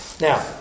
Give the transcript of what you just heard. Now